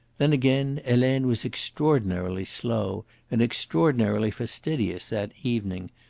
then again, helene was extraordinarily slow and extraordinarily fastidious that evening.